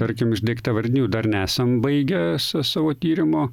tarkim iš daiktavardinių dar nesam baigę sa savo tyrimo